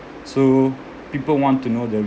so people want to know the